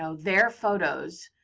so their photos.